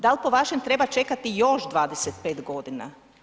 Da li po vašem treba čekat još 25 godina?